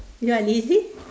you are lazy